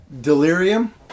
Delirium